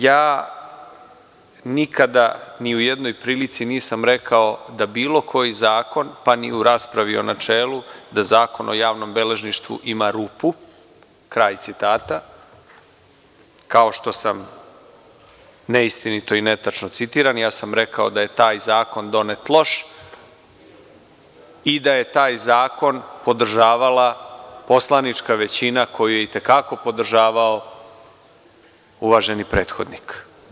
Ja nikada ni u jednoj prilici nisam rekao da bilo koji zakon, pa ni u raspravi o načelu, da Zakon o javnom beležništvu ima rupu, kraj citata, kao što sam neistinito i netačno citiran, ja sam rekao da je taj zakon donet loš i da je taj zakon podržavala poslanička većina koju je itekako podržavao uvaženi prethodnik.